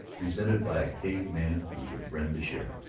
presented by a caveman through your friend the sheriff.